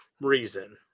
reason